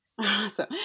Awesome